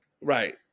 Right